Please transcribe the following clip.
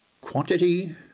Quantity